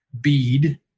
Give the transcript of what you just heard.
bead